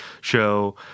show